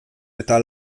eta